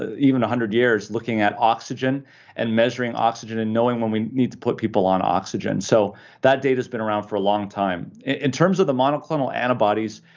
even one hundred years looking at oxygen and measuring oxygen and knowing when we need to put people on oxygen, so that data's been around for a long time. in terms of the monoclonal antibodies,